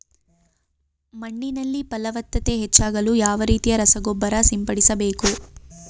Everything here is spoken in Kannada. ಮಣ್ಣಿನಲ್ಲಿ ಫಲವತ್ತತೆ ಹೆಚ್ಚಾಗಲು ಯಾವ ರೀತಿಯ ರಸಗೊಬ್ಬರ ಸಿಂಪಡಿಸಬೇಕು?